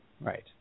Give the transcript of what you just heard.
Right